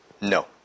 No